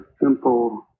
simple